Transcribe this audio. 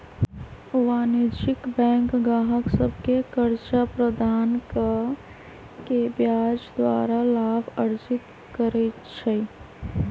वाणिज्यिक बैंक गाहक सभके कर्जा प्रदान कऽ के ब्याज द्वारा लाभ अर्जित करइ छइ